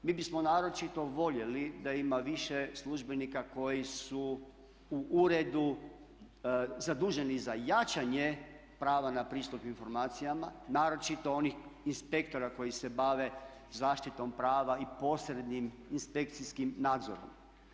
Mi bismo naročito voljeli da ima više službenika koji su u uredu zaduženi za jačanje prava na pristup informacijama, naročito onih inspektora koji se bave zaštitom prava i posrednim inspekcijskim nadzorom.